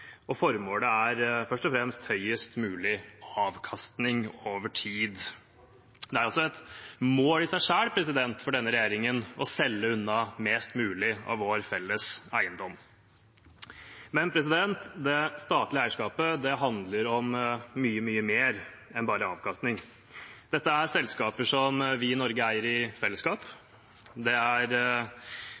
og formålet er først og fremst høyest mulig avkastning over tid. Det er altså et mål i seg selv for denne regjeringen å selge unna mest mulig av vår felles eiendom. Men det statlige eierskapet handler om mye, mye mer enn bare avkastning. Dette er selskaper som vi i Norge eier i fellesskap. Det er